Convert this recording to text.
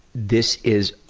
this is